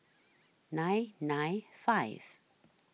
nine nine five